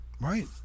Right